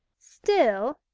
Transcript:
still,